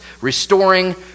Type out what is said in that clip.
restoring